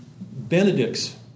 Benedict's